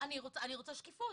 אני רוצה שקיפות.